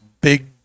big